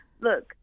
look